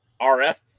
RF